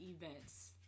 events